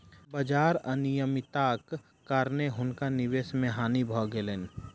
बाजार अनियमित्ताक कारणेँ हुनका निवेश मे हानि भ गेलैन